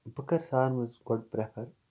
بہٕ کرٕ سارمز گۄڈٕ پرٛفر